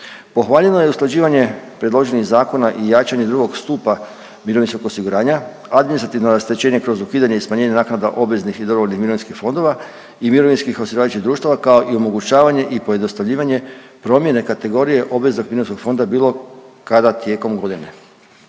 Pohvaljeno je i usklađivanje predloženih zakona i jačanje II. stupa mirovinskog osiguranja, administrativno rasterećenje kroz ukidanje i smanjenje naknada obveznih i dobrovoljnih mirovinskih fondova i mirovinskih osiguravajućih društava kao i omogućavanje i pojednostavljivanje promjene kategorije obveznog mirovinskog fonda bilo kada tijekom godine.